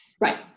Right